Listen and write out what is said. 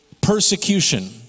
persecution